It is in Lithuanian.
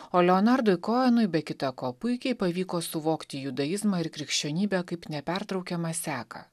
o leonardui koenui be kita ko puikiai pavyko suvokti judaizmą ir krikščionybę kaip nepertraukiamą seką